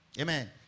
Amen